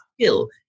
skill